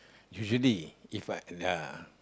usually if uh the